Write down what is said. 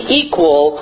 equal